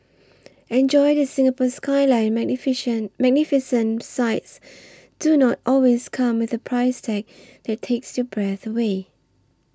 enjoy the Singapore Skyline Magnificent Magnificent sights do not always come with a price tag that takes your breath away